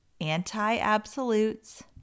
anti-absolutes